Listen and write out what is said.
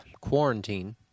Quarantine